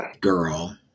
girl